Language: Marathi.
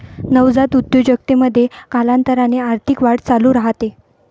नवजात उद्योजकतेमध्ये, कालांतराने आर्थिक वाढ चालू राहते